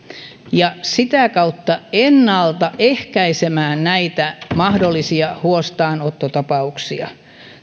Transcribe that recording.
ja sitä kautta ennalta ehkäisemään näitä mahdollisia huostaanottotapauksia